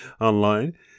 online